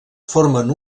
formen